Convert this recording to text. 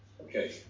Okay